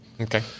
Okay